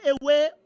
away